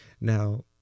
Now